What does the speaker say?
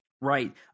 right